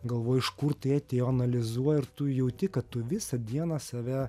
galvoji iš kur tai atėjo analizuoji ir tu jauti kad tu visą dieną save